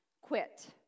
Quit